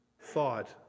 thought